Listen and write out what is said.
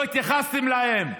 לא התייחסתם אליהם.